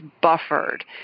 buffered